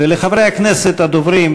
ולחברי הכנסת הדוברים,